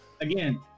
Again